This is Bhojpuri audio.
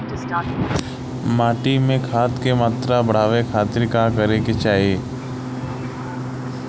माटी में खाद क मात्रा बढ़ावे खातिर का करे के चाहीं?